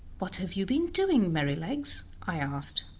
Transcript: what have you been doing, merrylegs? i asked.